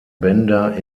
bender